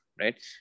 right